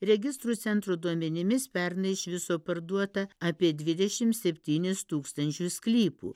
registrų centro duomenimis pernai iš viso parduota apie dvidešim septynis tūkstančius sklypų